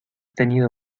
tenido